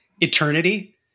eternity